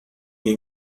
only